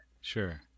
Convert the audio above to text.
Sure